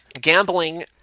Gambling